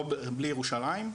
בלי ירושלים,